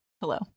Hello